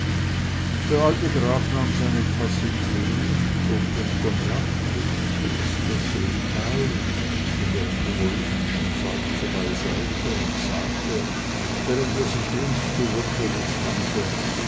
der alte graf nahm seine tasse tee schob den cognac des tees beßren teil mit einem humoristischen seufzer beiseit und sagte während er sich links zu wrschowitz wandte